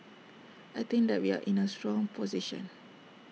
I think that we are in A strong position